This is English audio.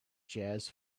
jazz